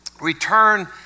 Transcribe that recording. return